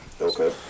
Okay